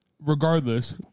Regardless